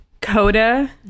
Coda